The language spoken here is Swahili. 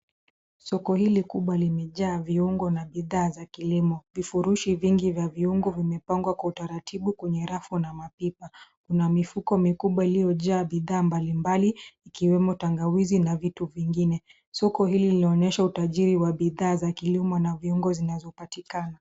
Soko hili kubwa limejaa viungo na bidhaa za kilimo. Vifurushi vingi vya viungo vimepangwa kwa utaratibu kwenye rafu na mapipa. Kuna mifuko mikubwa iliyojaa bidhaa mbalimbali ikiwemo tangawizi na vitu vingine. Soko hili linaonyesha utajiri wa bidhaa za kilimo na viungo zinazopatikana.